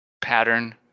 pattern